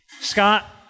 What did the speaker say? Scott